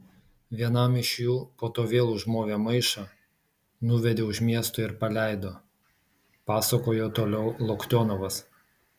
vienam iš jų po to vėl užmovė maišą nuvedė už miesto ir paleido pasakojo toliau loktionovas